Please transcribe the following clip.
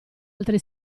altre